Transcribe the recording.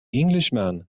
englishman